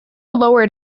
lowered